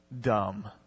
dumb